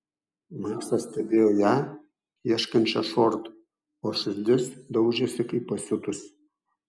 maksas stebėjo ją ieškančią šortų o širdis daužėsi kaip pasiutusi